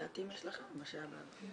יש לכם פחות אופיאטיים ממה שהיה בעבר?